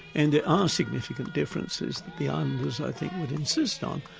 and there are significant differences that the islanders i think would insist on.